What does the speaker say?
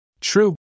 True